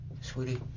Sweetie